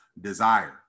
desire